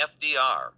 FDR